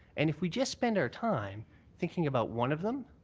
and if we just spend our time thinking about one of them,